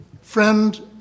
friend